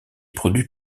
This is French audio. produit